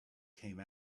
came